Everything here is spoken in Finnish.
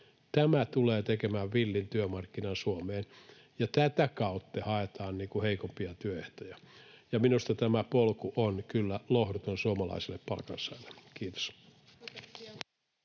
Tämä tulee tekemään villin työmarkkinan Suomeen, ja tätä kautta haetaan heikompia työehtoja, ja minusta tämä polku on kyllä lohduton suomalaiselle palkansaajalle. — Kiitos.